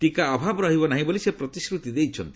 ଟିକାର ଅଭାବ ରହିବ ନାହିଁ ବୋଲି ସେ ପ୍ରତିଶ୍ରତି ଦେଇଛନ୍ତି